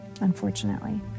unfortunately